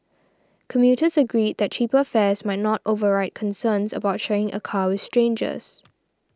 commuters agreed that cheaper fares might not override concerns about sharing a car with strangers